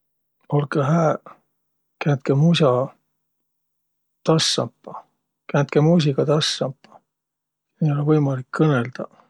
Olkõq hääq, käändkeq mus'a tassampa! Käändkeq muusiga tassampa! Siin ei olõq võimalik kõnõldaq.